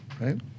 right